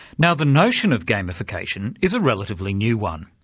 now the notion of gamification is a relatively new one.